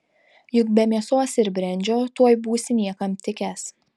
juk be mėsos ir brendžio tuoj būsi niekam tikęs